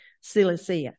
Cilicia